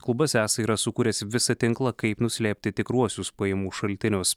klubas esą yra sukūręs visą tinklą kaip nuslėpti tikruosius pajamų šaltinius